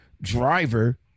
driver